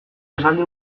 esaldi